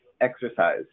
exercise